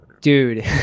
dude